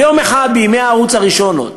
אבל יום אחד, בימי הערוץ הראשון עוד,